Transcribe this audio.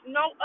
no